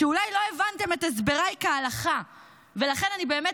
שאולי לא הבנתם את הסבריי כהלכה ולכן אני באמת